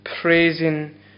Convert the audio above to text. praising